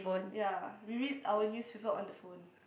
ya we read our newspaper on the phone